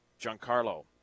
Giancarlo